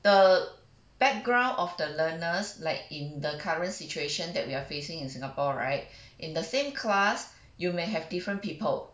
the background of the learners like in the current situation that we are facing in Singapore right in the same class you may have different people